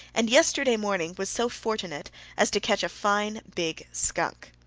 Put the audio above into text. and yesterday morning was so fortunate as to catch a fine big skunk.